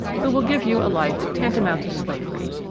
who will give you a life tantamount to slavery.